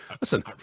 Listen